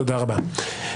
תודה רבה.